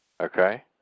okay